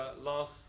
last